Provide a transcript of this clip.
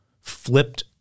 flipped